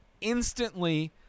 instantly